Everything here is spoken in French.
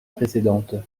précédente